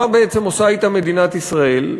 מה בעצם עושה אתם מדינת ישראל?